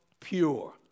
pure